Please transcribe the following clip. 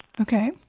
Okay